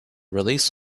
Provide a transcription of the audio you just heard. release